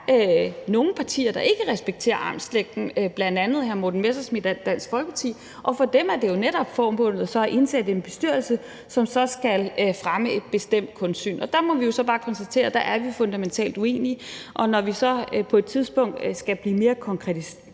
nogle partier, der ikke respekterer armslængden, bl.a. hr. Morten Messerschmidts Dansk Folkeparti; for dem er det jo netop formålet så at indsætte en bestyrelse, som skal fremme et bestemt samfundssyn. Vi må så bare konstatere, at der er vi fundamentalt uenige. Når vi så på et tidspunkt skal blive mere konkrete